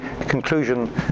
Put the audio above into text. conclusion